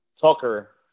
Tucker